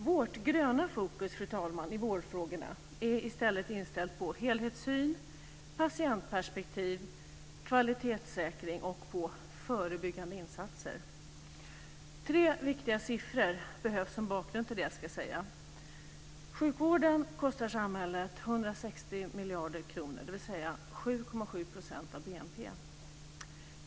Vårt gröna fokus i vårdfrågorna, fru talman, är i stället inställt på helhetssyn, patientperspektiv, kvalitetssäkring och på förebyggande insatser. Tre viktiga siffror behövs som bakgrund till det jag ska säga. Sjukvården kostar samhället 160 miljarder kronor, dvs. 7,7 % av BNP.